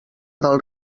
del